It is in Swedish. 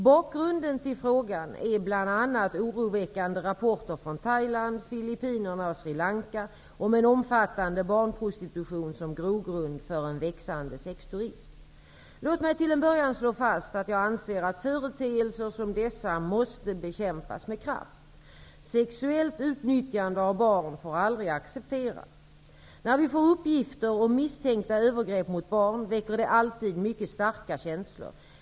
Bakgrunden till frågan är bl.a. oroväckande rapporter från Thailand, Filippinerna och Sri Lanka om en omfattande barnprostitution som grogrund för en växande sexturism. Låt mig till en början slå fast att jag anser att företeelser som dessa måste bekämpas med kraft. Sexuellt utnyttjande av barn får aldrig accepteras. När vi får uppgifter om misstänkta övergrepp mot barn väcker det alltid mycket starka känslor.